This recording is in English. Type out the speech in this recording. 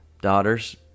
Daughters